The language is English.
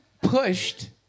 pushed